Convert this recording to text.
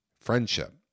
friendship